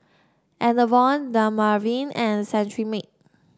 Enervon Dermaveen and Cetrimide